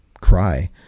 cry